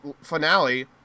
finale